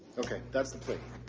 okay, that's the plate.